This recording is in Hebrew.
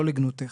לא לגנותך.